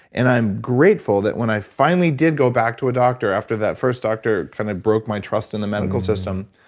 and i'm grateful that when i finally did go back to a doctor after that first doctor kind of broke my trust in the medical system,